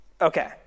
Okay